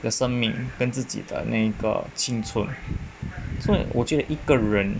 的生命跟自己的那个青春所以我觉得一个人